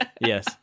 yes